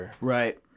Right